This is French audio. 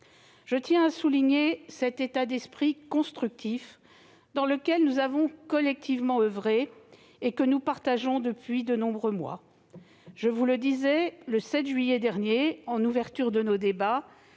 Je veux souligner l'état d'esprit constructif dans lequel nous avons collectivement oeuvré et que nous partageons depuis de nombreux mois. Comme je le soulignais en ouverture de nos débats,